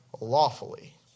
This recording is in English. lawfully